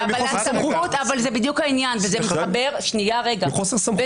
זה חוסר סמכות, אלה שני דברים שונים.